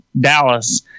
Dallas